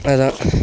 அதுதான்